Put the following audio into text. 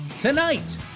Tonight